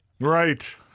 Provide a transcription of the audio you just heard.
Right